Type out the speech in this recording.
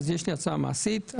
יש לי הצעה מעשית.